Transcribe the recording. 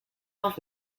across